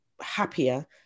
happier